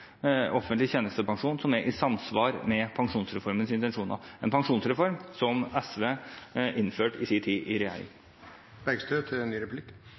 offentlig tjenestepensjon som er i samsvar med pensjonsreformens intensjoner, en pensjonsreform som SV innførte i sin tid i regjering.